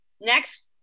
Next